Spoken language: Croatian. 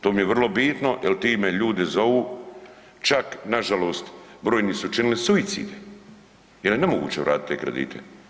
To mi je vrlo bitno jel ti me ljudi zovu, čak nažalost brojni su učinili suicide jel je nemoguće vratiti te kredite.